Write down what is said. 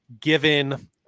given